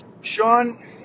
Sean